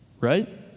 right